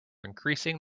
increasing